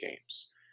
games